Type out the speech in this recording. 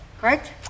correct